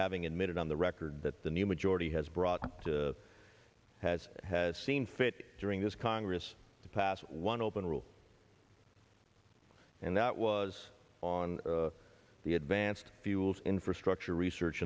having admitted on the record that the new majority has brought to has has seen fit during this congress to pass one open rule and that was on the advanced fuels infrastructure research